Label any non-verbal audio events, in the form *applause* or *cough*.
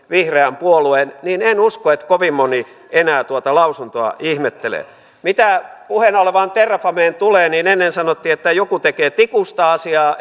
*unintelligible* vihreän puolueen niin en usko että kovin moni enää tuota lausuntoa ihmettelee mitä puheena olevaan terrafameen tulee niin ennen sanottiin että joku tekee tikusta asiaa *unintelligible*